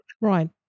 Right